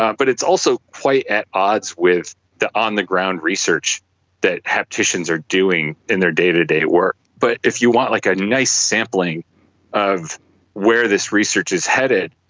ah but it's also quite at odds with the on-the-ground research that hapticians are doing in their day-to-day work. but if you want like a nice sampling of where this research is headed,